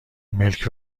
ملک